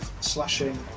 slashing